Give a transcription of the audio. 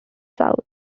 south